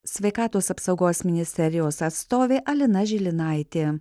sveikatos apsaugos ministerijos atstovė alina žilinaitė